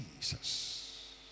Jesus